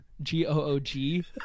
G-O-O-G